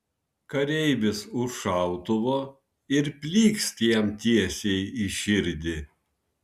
kareivis už šautuvo ir plykst jam tiesiai į širdį